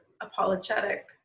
apologetic